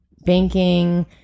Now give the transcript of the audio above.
banking